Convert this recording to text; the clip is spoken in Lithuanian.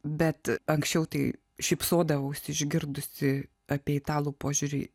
bet anksčiau tai šypsodavausi išgirdusi apie italų požiūrį